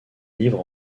livre